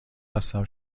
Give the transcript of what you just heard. هستم